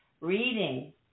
reading